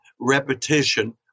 repetition